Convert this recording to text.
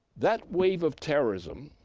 that wave of terrorism